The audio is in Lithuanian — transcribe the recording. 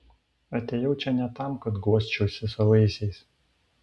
atėjau čia ne tam kad guosčiausi savaisiais